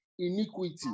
iniquity